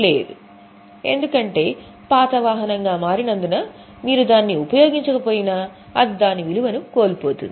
లేదు ఎందుకంటే పాత వాహనంగా మారినందున మీరు దాన్ని ఉపయోగించకపోయినా అది దాని విలువను కోల్పోతుంది